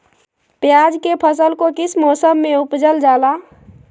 प्याज के फसल को किस मौसम में उपजल जाला?